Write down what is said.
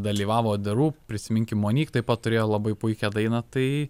dalyvavo the roop prisiminkim monyk taip pat turėjo labai puikią dainą tai